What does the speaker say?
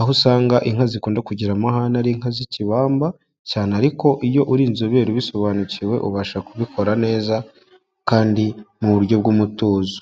aho usanga inka zikunda kugira amahane ari inka zikibamba cyane, ariko iyo uri inzobere ubisobanukiwe, ubasha kubikora neza, kandi mu buryo bw'umutuzo.